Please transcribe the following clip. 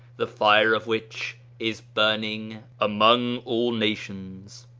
the fire of which is burning among all nations.